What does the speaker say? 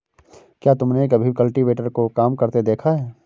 क्या तुमने कभी कल्टीवेटर को काम करते देखा है?